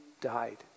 died